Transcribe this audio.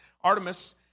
Artemis